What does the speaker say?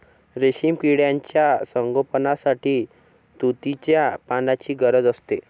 रेशीम किड्यांच्या संगोपनासाठी तुतीच्या पानांची गरज असते